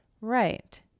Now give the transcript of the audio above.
right